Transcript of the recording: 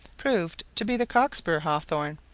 proved to be the cockspur hawthorn,